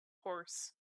horse